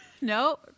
No